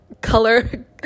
color